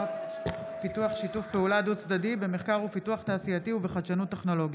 פיתוח שיתוף פעולה דו-צדדי במחקר ופיתוח תעשייתי ובחדשנות טכנולוגית.